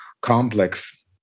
complex